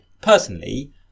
personally